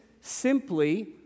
simply